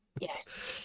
Yes